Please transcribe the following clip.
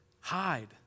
hide